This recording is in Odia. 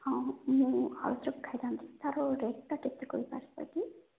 ହଁ ମୁଁ ଆଳୁଚପ୍ ଖାଇଥାନ୍ତି ତା'ର ରେଟ୍ଟା କେତେ କହିପାରିବେ କି